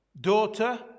daughter